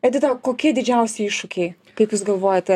edita kokie didžiausi iššūkiai kaip jūs galvojate